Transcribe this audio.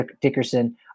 Dickerson